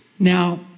Now